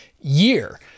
year